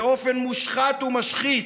באופן מושחת ומשחית: